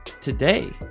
today